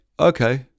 okay